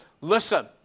listen